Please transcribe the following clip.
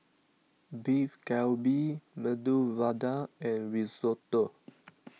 Beef Galbi Medu Vada and Risotto